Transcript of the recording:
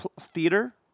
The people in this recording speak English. theater